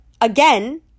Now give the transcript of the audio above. again